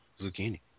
zucchini